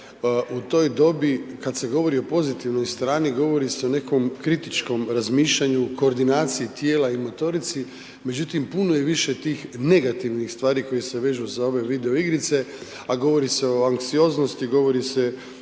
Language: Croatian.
u toj dobi kada se govori o pozitivnoj strani govori se o nekom kritičkom razmišljanju, koordinaciji tijela i motorici. Međutim puno je više tih negativnih stvari koje se vežu za ove video igrice a govori se o anksioznosti, govori se o